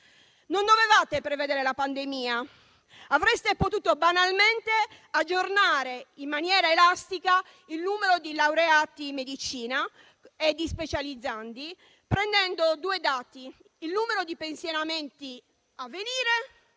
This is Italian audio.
Non dovevate prevedere la pandemia, ne avreste potuto banalmente aggiornare in maniera elastica il numero di laureati in medicina e di specializzandi, prendendo due dati: il numero di pensionamenti a venire